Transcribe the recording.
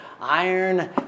iron